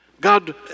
God